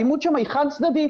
האלימות שם היא חד צדדית,